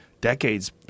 decades